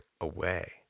away